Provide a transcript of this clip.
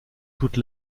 toute